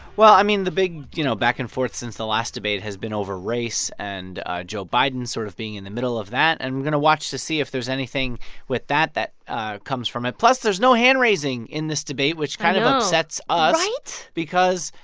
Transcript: well, i mean, the big, you know, back-and-forth since the last debate has been over race and ah joe biden sort of being in the middle of that. and we're going to watch to see if there's anything with that that comes from it. plus, there's no hand-raising in this debate, which kind of. i know. upsets us. right. because